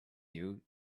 you